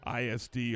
ISD